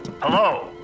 Hello